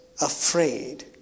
afraid